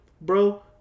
bro